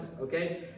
Okay